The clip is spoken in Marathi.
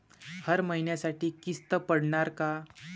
हर महिन्यासाठी किस्त पडनार का?